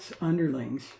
underlings